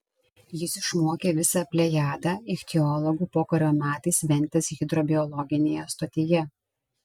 jis išmokė visą plejadą ichtiologų pokario metais ventės hidrobiologinėje stotyje